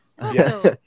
Yes